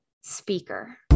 speaker